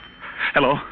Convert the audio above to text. Hello